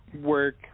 work